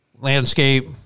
landscape